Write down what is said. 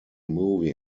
movie